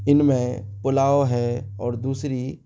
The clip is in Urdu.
ان میں پلاؤ ہے اور دوسری